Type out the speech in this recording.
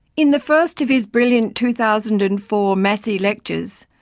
in the first of his brilliant two thousand and four massey lectures,